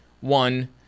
One